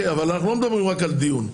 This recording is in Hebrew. אבל אנחנו לא מדברים רק על דיון.